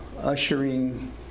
ushering